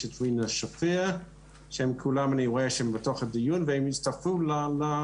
יש את רינה שפיר שאני רואה שהם בדיון והם יצטרפו לשיחה כאן.